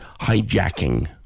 hijacking